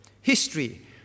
history